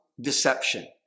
deception